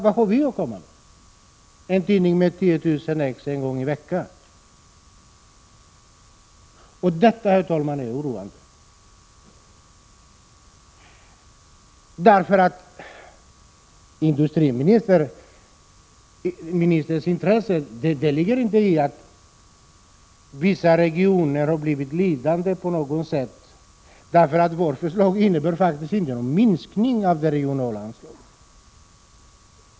Vad har vi att komma med? En tidning med 10 000 exemplar en gång i veckan. Detta, herr talman, är oroande. Industriministerns intresse ligger inte i att vissa regioner har blivit lidande på något sätt, för vårt förslag innebär ingen minskning av det regionala anslaget.